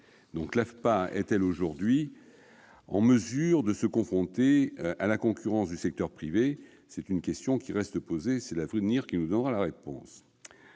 L'AFPA est-elle aujourd'hui en mesure d'affronter la concurrence du secteur privé ? La question reste posée et c'est l'avenir qui nous donnera la réponse.